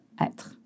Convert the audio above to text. être